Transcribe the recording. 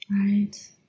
Right